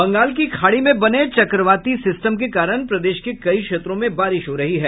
बंगाल की खाड़ी में बने चक्रवाती सिस्टम के कारण प्रदेश के कई क्षेत्रों में बारिश हो रही है